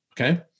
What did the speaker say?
okay